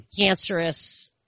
cancerous